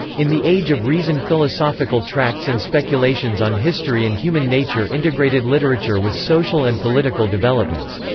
in the age of reason philosophical tracts and speculations on history and human nature integrated literature with social and political developments.